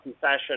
fashion